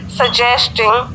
suggesting